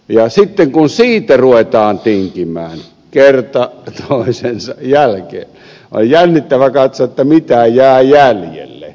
sitten kun siitä ruvetaan tinkimään kerta toisensa jälkeen on jännittävä katsoa mitä jää jäljelle